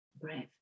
Breath